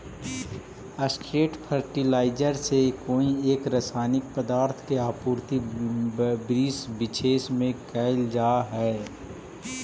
straight fertilizer से कोई एक रसायनिक पदार्थ के आपूर्ति वृक्षविशेष में कैइल जा हई